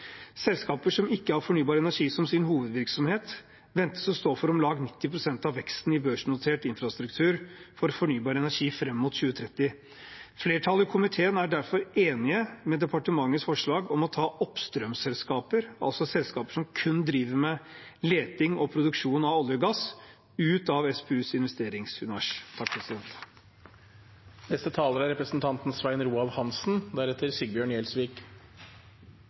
Selskaper som ikke har fornybar energi som sin hovedvirksomhet, ventes å stå for om lag 90 pst. av veksten i børsnotert infrastruktur for fornybar energi fram mot 2030. Flertallet i komiteen er derfor enig i departementets forslag om å ta oppstrømsselskaper, altså selskaper som kun driver med leting og produksjon av olje og gass, ut av SPUs